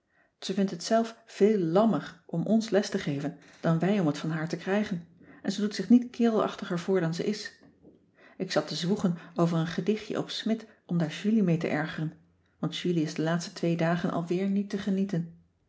ze vindt het zelf veel lammer om ons les te geven dan wij om het van haar te krijgen en ze doet zich niet kerelachtiger voor dan ze is ik zat te zwoegen over een gedichtje op smidt om daar julie mee te ergeren want julie is de laatste twee dagen al weer niet te genieten